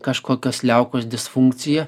kažkokios liaukos disfunkcija